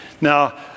Now